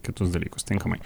kitus dalykus tinkamai